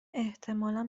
احتمالا